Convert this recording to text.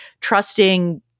trusting